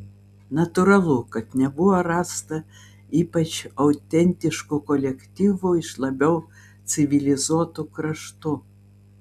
natūralu kad nebuvo rasta ypač autentiškų kolektyvų iš labiau civilizuotų kraštų